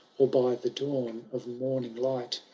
or by the dawn of morning light.